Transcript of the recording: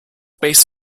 based